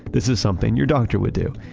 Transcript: this is something your doctor would do.